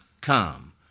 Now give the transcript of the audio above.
come